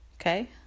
Okay